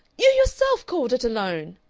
you yourself called it a loan!